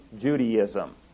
Judaism